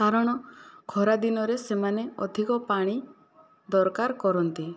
କାରଣ ଖରା ଦିନରେ ସେମାନେ ଅଧିକ ପାଣି ଦରକାର କରନ୍ତି